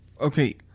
Okay